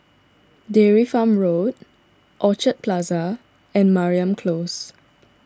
Dairy Farm Road Orchid Plaza and Mariam Close